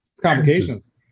complications